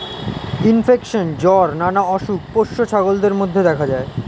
infection, জ্বর নানা অসুখ পোষ্য ছাগলদের মধ্যে দেখা যায়